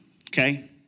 okay